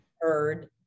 heard